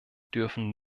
dürfen